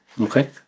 Okay